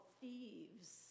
thieves